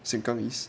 sengkang east